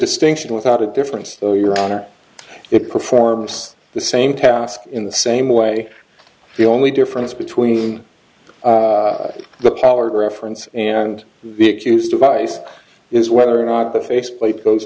distinction without a difference your honor it performs the same task in the same way the only difference between the pollard reference and the accused of ice is whether or not the faceplate goes